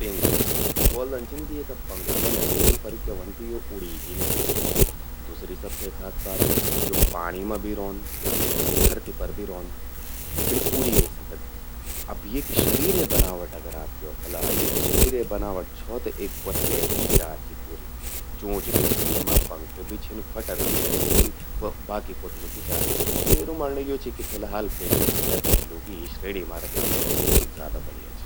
पेंग्विन..ब्वोलदन छिन कि येका पंख ह्वंदन पर, क्या व्हंद यो उड़ी ही नि सकद। दूसरी सबसे खास बात..यो पाणि मां भी रौंद अर धरति पर भी रौंद। पेंग्लिवन उड़ी नि सकद। अब येका शरीरे बनावट आप द्योखला, येका शरीरे बनावट छौ त एक प्वथले ही चार चि पूरी। चोंच भी चि येमां, पंख भी छिन, ख्वटा भी तनि छिन बाकि प्वथलूं कि चार। म्येरू मणं यो चि कि पेंग्विन ते प्वथलूं की श्रेणी मां रख्ये जौ, ज्यादा बढ़िया चि।